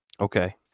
Okay